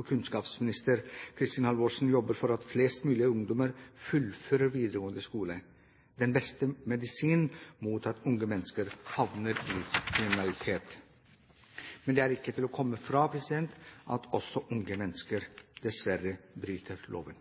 Kunnskapsminister Kristin Halvorsen jobber for at flest mulig ungdommer fullfører videregående skole – den beste medisinen mot at unge mennesker havner i kriminalitet. Men det er ikke til å komme fra at også unge mennesker dessverre bryter loven.